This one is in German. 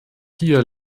hier